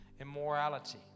immorality